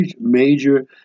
major